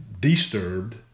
disturbed